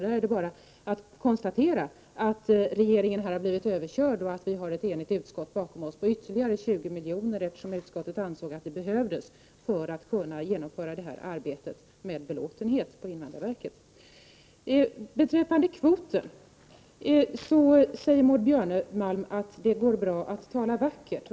Det är bara att konstatera att regeringen har blivit överkörd på den här punkten och att vi har ett enigt utskott bakom oss om ett anslag på ytterligare 20 milj.kr., eftersom utskottet ansåg att det behövdes för att arbetet på invandrarverket skall kunna genomföras till belåtenhet. Beträffande flyktingkvoten sade Maud Björnemalm att det går bra att tala vackert.